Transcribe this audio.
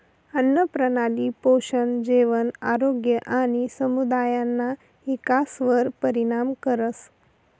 आन्नप्रणाली पोषण, जेवण, आरोग्य आणि समुदायना इकासवर परिणाम करस